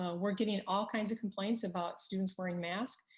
ah we're getting all kinds of complaints about students wearing masks.